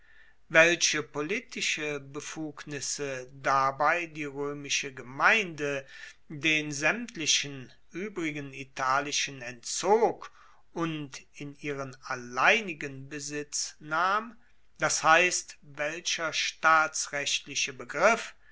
welche politische befugnisse dabei die roemische gemeinde den saemtlichen uebrigen italischen entzog und in ihren alleinigen besitz nahm das heisst welcher staatsrechtliche begriff